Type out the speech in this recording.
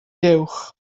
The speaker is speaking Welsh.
dewch